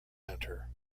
centre